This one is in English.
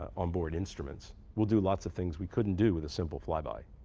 onboard instruments, we'll do lots of things we couldn't do with a simple flyby.